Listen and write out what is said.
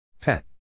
Pet